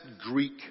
Greek